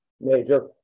Major